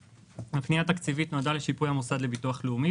הפנייה התקציבית נועדה לשיפוי המוסד לביטוח לאומי